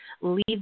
leave